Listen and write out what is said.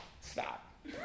stop